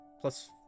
plus